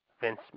Vince